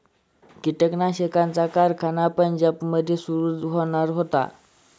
कीटकनाशकांचा कारखाना पंजाबमध्ये सुरू होणार आहे